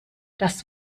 das